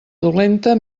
dolenta